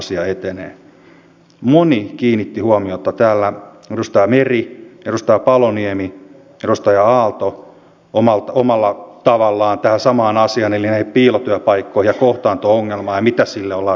salissa ovat tällä hetkellä varmasti eduskunnan yhteiskunta ja sosiaalipoliitikot koolla ja siksi on tärkeää että me puhumme nimenomaan tästä kokonaiskuvasta johon nämä yksittäiset päätökset vaikuttavat